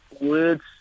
words